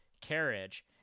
carriage